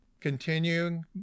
Continuing